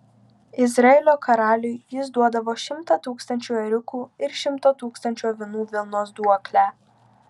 izraelio karaliui jis duodavo šimtą tūkstančių ėriukų ir šimto tūkstančių avinų vilnos duoklę